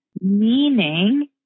Meaning